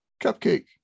cupcake